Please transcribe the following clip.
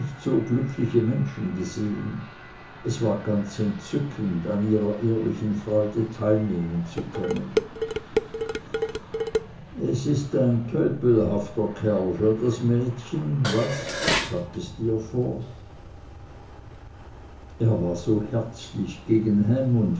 so glückliche menschen gesehen es war ganz entzückend an ihrer ehrlichen freude teilnehmen zu können es ist ein tölpelhafter kerl für das mädchen was sagte steerforth er war so herzlich gegen ham und